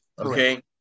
Okay